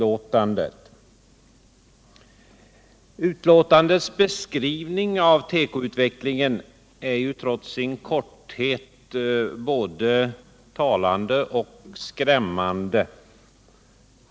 Utskottsbetänkandets beskrivning av tekoutvecklingen är trots sin korthet både talande och skrämmande.